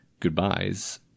goodbyes